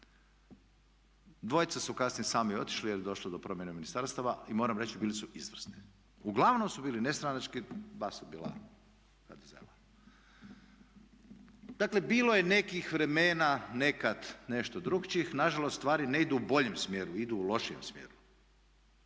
Dvojca su kasnije sami otišli jer je došlo do promjene ministarstava i moram reći bili su izvrsni. Uglavnom su bili nestranački, dva su bila HDZ-ova. Dakle bilo je nekih vremena, nekad nešto drukčijih, nažalost stvari ne idu u boljem smjeru, idu u lošem smjeru.